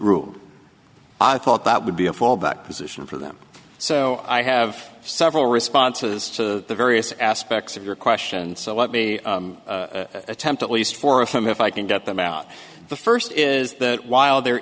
rule i thought that would be a fallback position for them so i have several responses to the various aspects of your question so let me attempt at least four of them if i can get them out the first is that while